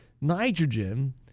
nitrogen